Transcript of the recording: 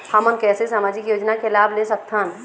हमन कैसे सामाजिक योजना के लाभ ले सकथन?